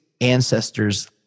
ancestors